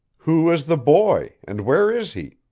who is the boy, and where is he?